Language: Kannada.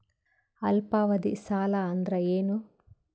ಅಲ್ಪಾವಧಿ ಸಾಲ ಅಂದ್ರ ಏನು?